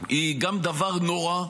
היא גם דבר נורא,